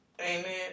Amen